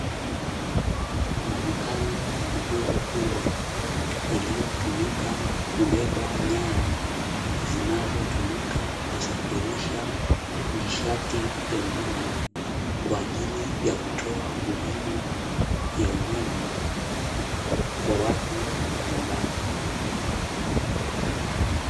Muonekano wa nguzo kubwa iliyotumika kubeba nyaya, zinazotumika kusafirisha nishati ya umeme kwa ajili ya kutoa huduma ya umeme kwa watu mbalimbali.